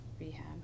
rehab